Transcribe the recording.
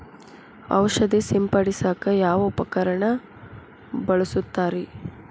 ಔಷಧಿ ಸಿಂಪಡಿಸಕ ಯಾವ ಉಪಕರಣ ಬಳಸುತ್ತಾರಿ?